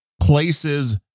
places